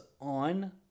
on